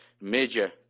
major